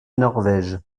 norvège